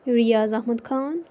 Riyaz Ahmad Khan